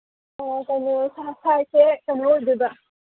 ꯑꯣ ꯀꯩꯅꯣ ꯁꯥꯏꯁꯁꯦ ꯀꯩꯅꯣ ꯑꯣꯏꯗꯣꯏꯕ